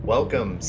Welcome